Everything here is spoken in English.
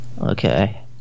Okay